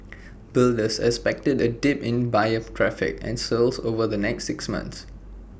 builders expected A dip in buyer traffic and sales over the next six months